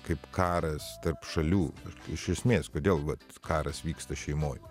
kaip karas tarp šalių iš esmės kodėl vat karas vyksta šeimoj